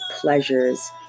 pleasures